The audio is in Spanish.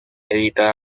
editar